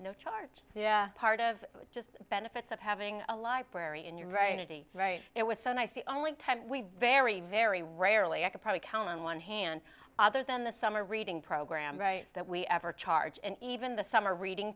no charge part of just benefits of having a library and you're right it was so nice the only time we very very rarely i could probably count on one hand other than the summer reading program right that we ever charge and even the summer reading